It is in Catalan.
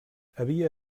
havia